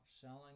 selling